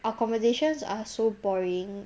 our conversations are so boring